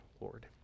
Lord